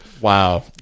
Wow